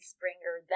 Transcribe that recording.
Springer